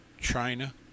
China